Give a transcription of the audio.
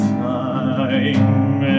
time